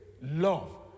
love